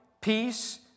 peace